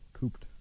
pooped